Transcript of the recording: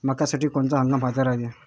मक्क्यासाठी कोनचा हंगाम फायद्याचा रायते?